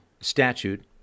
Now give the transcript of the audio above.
statute